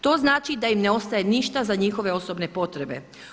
To znači da im ne ostaje ništa za njihove osobne potrebe.